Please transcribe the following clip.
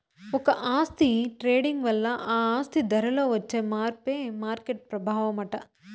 ఒక ఆస్తి ట్రేడింగ్ వల్ల ఆ ఆస్తి ధరలో వచ్చే మార్పే మార్కెట్ ప్రభావమట